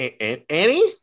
Annie